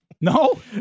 No